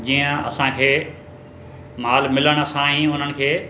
जीअं असांखे माल मिलण सां ई उन्हनि खे